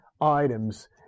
items